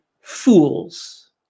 fools